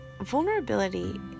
vulnerability